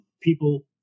people